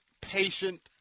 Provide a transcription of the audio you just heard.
patient